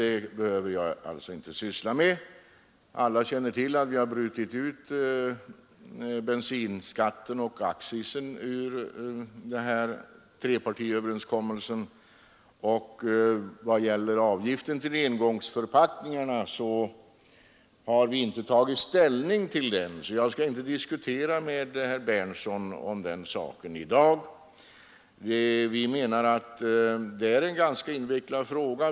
Det behöver jag alltså inte gå in på. Alla känner till att förslaget om bensinskatten och bilaccisen har brutits ut till följd av trepartiöverenskommelsen. Avgiften på engångsförpackningarna har utskottet inte tagit ställning till, och jag skall därför inte i dag diskutera den saken med herr Berndtson i Linköping. Utskottet anser att det är en ganska invecklad fråga.